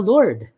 Lord